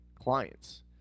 clients